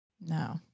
No